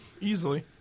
easily